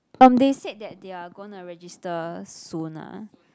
um they said that they are gonna register soon lah